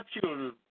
children